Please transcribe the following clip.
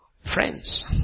friends